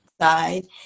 side